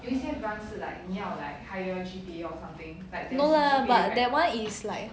no lah but that one is like